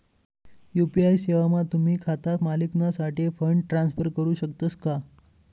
UPI सेवामा तुम्ही खाता मालिकनासाठे फंड ट्रान्सफर करू शकतस का